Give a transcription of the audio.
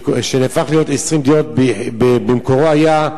שנהפך להיות 20 דירות, במקורו היה,